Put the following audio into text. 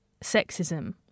sexism